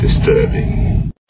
disturbing